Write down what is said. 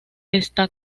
está